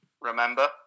remember